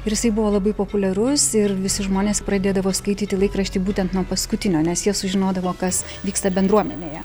ir jisai buvo labai populiarus ir visi žmonės pradėdavo skaityti laikraštį būtent nuo paskutinio nes jie sužinodavo kas vyksta bendruomenėje